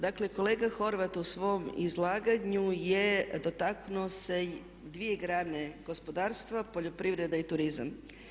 Dakle, kolega Horvat u svom izlaganju je dotaknuo se dvije grane gospodarstva, poljoprivrede i turizma.